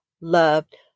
loved